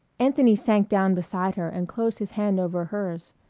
anthony sank down beside her and closed his hand over hers.